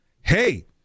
hey